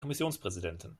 kommissionspräsidenten